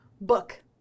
Book